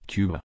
Cuba